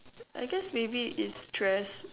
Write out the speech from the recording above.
I guess maybe is stress